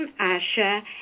Asha